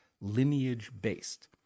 lineage-based